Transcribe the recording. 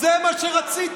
זה מה שרציתם.